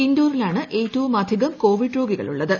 ഇൻഡോറിലാണ് ഏറ്റവുമധികം കോവിഡ് രോഗികൾ ഉള്ളത്